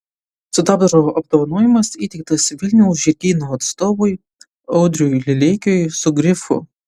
sidabro apdovanojimas įteiktas vilniaus žirgyno atstovui audriui lileikiui su grifu